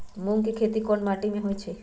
मूँग के खेती कौन मीटी मे होईछ?